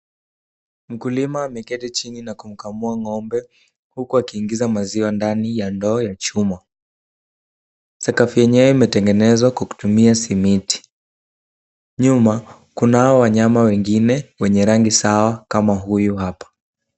Mkulima ameketi chini na kumkamua ng'ombe huku akiingiza maziwa ndani ya ndoo ya chuma. Sakafu yenyewe imetengenezwa kwa kutumia simiti, nyuma kunao wanyama wengine wenye rangi sawa kama huyu hapa.